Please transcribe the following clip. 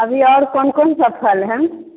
अभी और कौन कौन सब फल है